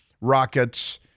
rockets